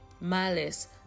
malice